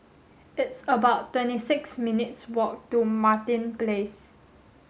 it's about twenty six minutes' walk to Martin Place